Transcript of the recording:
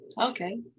Okay